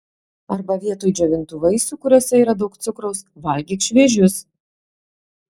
arba vietoj džiovintų vaisių kuriuose yra daug cukraus valgyk šviežius